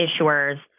issuers